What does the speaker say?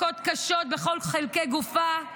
מכות קשות בכל חלקי גופה,